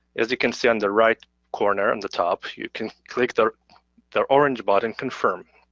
as you can see on the right corner on the top you can click the the orange button, confirm.